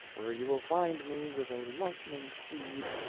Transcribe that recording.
where you will find me with a lightning steed,